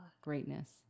Greatness